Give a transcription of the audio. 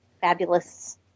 fabulous